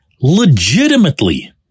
legitimately